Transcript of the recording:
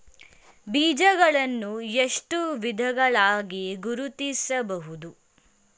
ಬೀಜಗಳನ್ನು ಎಷ್ಟು ವಿಧಗಳಾಗಿ ಗುರುತಿಸಬಹುದು?